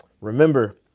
Remember